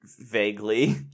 Vaguely